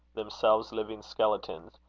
themselves living skeletons,